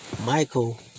Michael